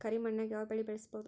ಕರಿ ಮಣ್ಣಾಗ್ ಯಾವ್ ಬೆಳಿ ಬೆಳ್ಸಬೋದು?